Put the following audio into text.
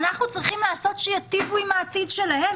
אנחנו צריכים לעשות שייטיבו עם העתיד שלהם.